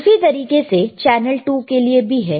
उसी तरीके से चैनल 2 के लिए भी है